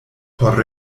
por